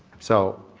so,